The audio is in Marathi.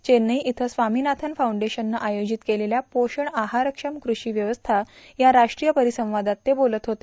चेन्नई इथं स्वामीनाथन फाऊंडेशननं आयोजित केलेल्या पोषण आहारक्षम कृषीव्यवस्था या राष्ट्रीय परिसंवादात ते बोलत होते